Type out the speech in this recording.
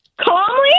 Calmly